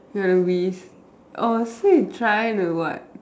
maybe orh so you trying to what